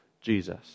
Jesus